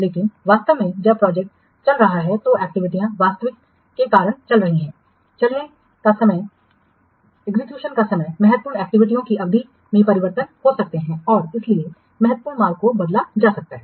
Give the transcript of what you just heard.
लेकिन वास्तव में जब प्रोजेक्ट चल रही है तो एक्टिविटीयां वास्तविक के कारण चल रही हैं चलने का समय निष्पादन का समय महत्वपूर्ण एक्टिविटीयों की अवधि में परिवर्तन हो सकते हैं और इसलिए महत्वपूर्ण मार्ग को बदला जा सकता है